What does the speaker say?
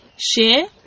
share